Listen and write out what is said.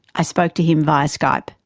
i spoke to him by skype.